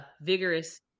vigorous